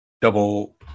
double